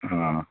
ಹಾಂ